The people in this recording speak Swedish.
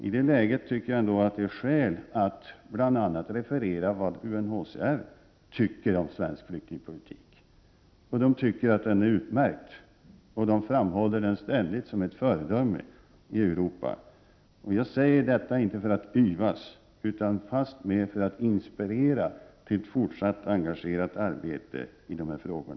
I det läget finns det alltså skäl att redovisa vad bland andra i UNHCR tycker om svensk flyktingpolitik. Organisationen tycker att vår politik är utmärkt, och den framhålls ständigt som ett föredöme i Europa. Jag säger detta inte för att yvas utan fastmer för att inspirera till ett fortsatt engagerat arbete i dessa frågor.